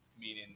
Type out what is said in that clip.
Meaning